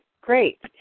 great